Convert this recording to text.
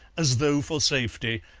as though for safety,